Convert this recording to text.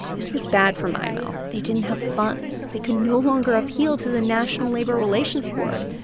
this was bad for mine mill. they didn't have funds. they could no longer appeal to the national labor relations board.